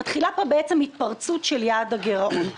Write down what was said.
מתחילה פה בעצם התפרצות של יעד הגרעון.